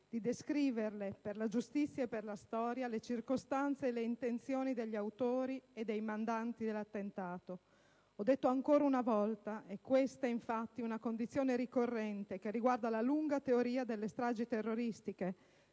di descrivere, per la giustizia e per la storia, le circostanze e le intenzioni degli autori e dei mandanti dell'attentato. Ho detto "ancora una volta". È questa, infatti, una condizione ricorrente che riguarda la lunga teoria delle stragi terroristiche,